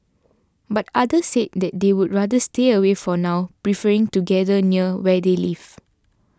but others said they would rather stay away for now preferring to gather near where they live